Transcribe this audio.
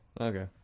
Okay